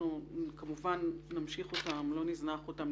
אנחנו כמובן נמשיך אותם ולא נזנח אותם.